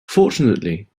fortunately